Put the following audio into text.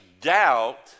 doubt